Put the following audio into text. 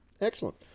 Excellent